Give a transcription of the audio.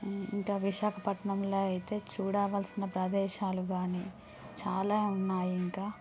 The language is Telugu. ఇంకా విశాఖపట్నంలో అయితే చూడావలసిన ప్రదేశాలు కానీ చాలా ఉన్నాయి ఇంకా